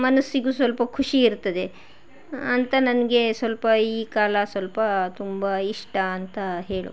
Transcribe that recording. ಮನಸ್ಸಿಗೂ ಸ್ವಲ್ಪ ಖುಷಿ ಇರ್ತದೆ ಅಂತ ನನಗೆ ಸ್ವಲ್ಪ ಈ ಕಾಲ ಸ್ವಲ್ಪ ತುಂಬ ಇಷ್ಟ ಅಂತ ಹೇಳ್ಬೋದು